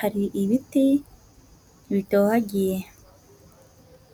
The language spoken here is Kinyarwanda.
hari ibiti bitohagiye.